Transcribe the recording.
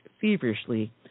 feverishly